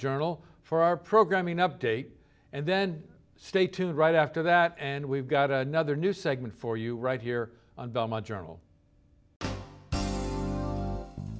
journal for our programming update and then stay tuned right after that and we've got another new segment for you right here on belmont journal